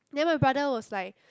then my brother was like